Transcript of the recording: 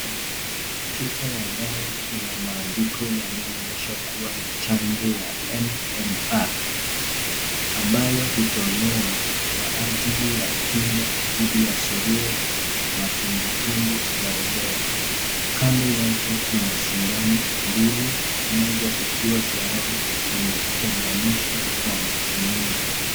Chupa ya dawa ina maandiko yanayoonesha kuwa ni chanjo ya MMR, ambayo hutolewa kwa ajili ya kinga dhidi ya suluhu, matubwitubwi na rubela. kando yake kuna sindano mbili, moja likiwa tayari imeunganishwa kwa matumizi.